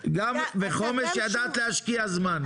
בחומש ידעת להשקיע זמן.